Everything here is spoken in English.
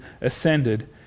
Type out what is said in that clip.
ascended